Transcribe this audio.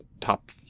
top